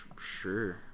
Sure